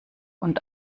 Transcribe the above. und